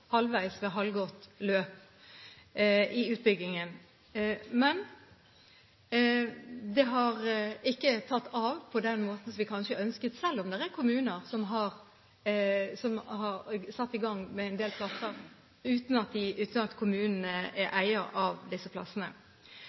halvveis, ved halvgått løp, i utbyggingen. Men det har ikke tatt av på den måten vi kanskje ønsket, selv om det er kommuner som har satt i gang med en del plasser, uten at kommunene er eier av disse plassene.